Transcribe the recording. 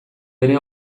ere